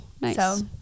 Nice